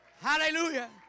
Hallelujah